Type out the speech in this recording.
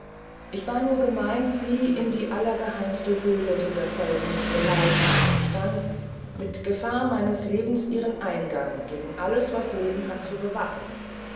ich war nur gemeint sie in die allergeheimste höle dieser felsen zu begleiten und dann mit gefahr meines lebens ihren eingang gegen alles was leben hat zu bewachen